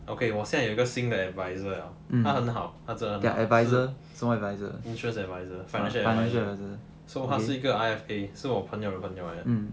okay 我现在有一个新的 adviser liao 他很好他真的很好他是 insurance advisor financial advisor so 他是一个 I_F_A 是我的朋友的朋友来的